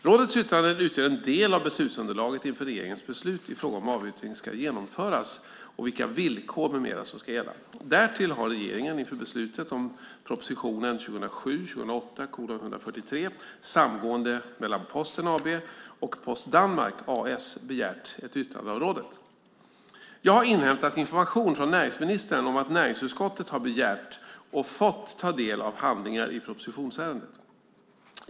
Rådets yttranden utgör en del av beslutsunderlaget inför regeringens beslut i fråga om en avyttring ska genomföras och vilka villkor med mera som ska gälla. Därtill har regeringen inför beslutet om propositionen 2007 S begärt ett yttrande av rådet. Jag har inhämtat information från näringsministern om att näringsutskottet har begärt och fått ta del av handlingar i propositionsärendet.